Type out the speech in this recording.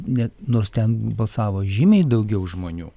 net nors ten balsavo žymiai daugiau žmonių